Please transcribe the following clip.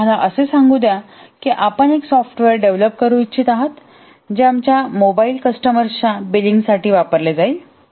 किंवा आम्हाला असे सांगू द्या की आपण एक सॉफ्टवेअर डेव्हलप करू इच्छित आहात जे आमच्या मोबाइल कस्टमर्सच्या बिलिंगसाठी वापरले जाईल